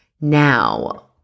Now